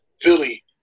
Philly